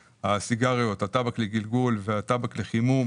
הסיגריות, הטבק לגלגול והטבק לחימום